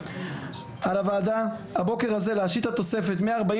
על הוועדה הבוקר הזה להשית את התוספת מ-49